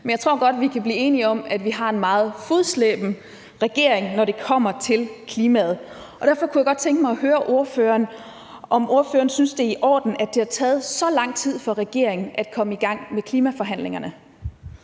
Men jeg tror godt, vi kan blive enige om, at vi har en meget fodslæbende regering, når det kommer til klimaet, og derfor kunne jeg godt tænke mig at høre ordføreren, om ordføreren synes, det er i orden, at det har taget så lang tid for regeringen at komme i gang med klimaforhandlingerne.